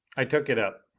i took it up.